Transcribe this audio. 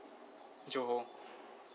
johor